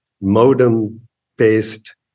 modem-based